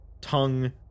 tongue